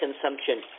consumption